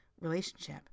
relationship